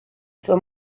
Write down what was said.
sua